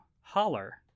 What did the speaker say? holler